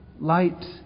light